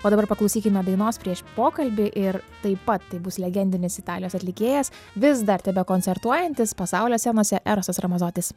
o dabar paklausykime dainos prieš pokalbį ir taip pat tai bus legendinis italijos atlikėjas vis dar tebekoncertuojantis pasaulio scenose erosas ramazotis